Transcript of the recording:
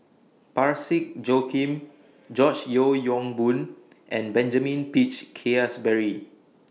Parsick Joaquim George Yeo Yong Boon and Benjamin Peach Keasberry